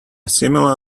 similar